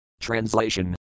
Translation